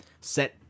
set